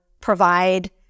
provide